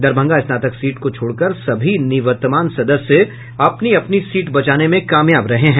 दरभंगा स्नातक सीट को छोड़कर सभी निवर्तमान सदस्य अपनी अपनी सीट बचाने में कामयाब रहे हैं